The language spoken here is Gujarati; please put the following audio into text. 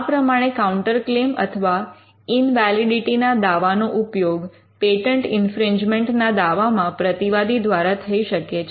આ પ્રમાણે કાઉંટર ક્લેમ અથવા ઇન્વૅલિડિટી ના દાવા નો ઉપયોગ પેટન્ટ ઇન્ફ્રિંજમેન્ટ ના દાવામાં પ્રતિવાદી દ્વારા થઈ શકે છે